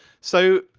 so,